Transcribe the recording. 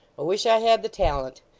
i wish i had the talent.